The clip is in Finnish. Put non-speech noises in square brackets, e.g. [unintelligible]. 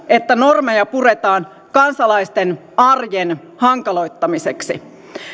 [unintelligible] että normeja puretaan kansalaisten arjen hankaloittamiseksi